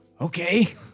Okay